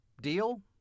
deal